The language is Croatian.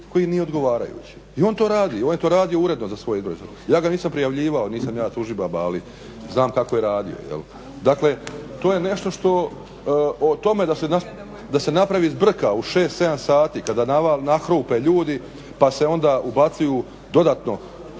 koji nije odgovarajući. I on to radi, on je to radio uredno za svoje. Ja ga nisam prijavljivao, nisam ja tužibaba ali znam kako je radio. Dakle, to je nešto što o tome da se napravi zbrka u 6, 7 sati kada nahrupe ljudi pa se onda ubacuju dodatno